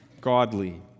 godly